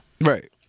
right